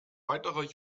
weiterer